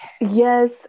Yes